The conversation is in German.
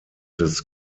des